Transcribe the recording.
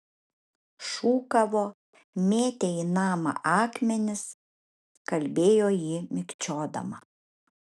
šūkavo mėtė į namą akmenis kalbėjo ji mikčiodama